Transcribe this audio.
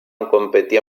competir